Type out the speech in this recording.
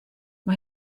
mae